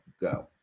go